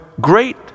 great